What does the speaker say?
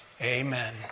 Amen